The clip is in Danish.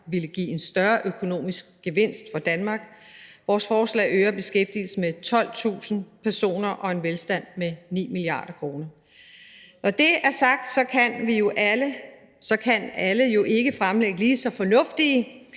ville give en større økonomisk gevinst for Danmark. Vores forslag øger beskæftigelsen med 12.000 personer og øger velstanden for 9 mia. kr. Når det er sagt, kan alle jo ikke fremlægge en lige så fornuftig